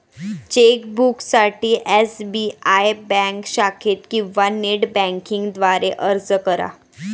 चेकबुकसाठी SBI bank शाखेत किंवा नेट बँकिंग द्वारे अर्ज करा